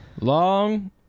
long